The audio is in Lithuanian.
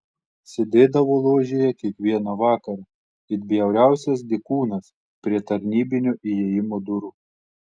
sėdėdavo ložėje kiekvieną vakarą it bjauriausias dykūnas prie tarnybinio įėjimo durų